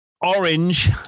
Orange